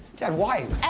dad, why?